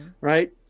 Right